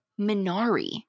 Minari